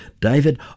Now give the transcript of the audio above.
David